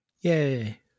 Yay